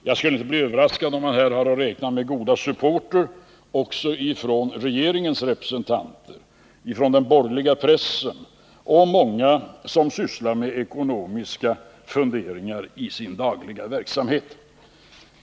Jag skulle inte bli överraskad om man här har att räkna med goda supporters också från regeringen, den borgerliga pressen och många som sysslar med ekonomiska funderingar i sin dagliga verksamhet.